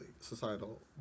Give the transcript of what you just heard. societal